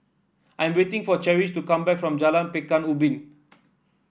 I am waiting for Cherish to come back from Jalan Pekan Ubin